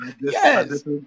Yes